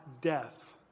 death